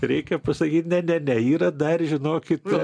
reikia pasakyt ne ne ne yra dar žinokit